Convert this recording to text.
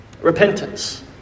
Repentance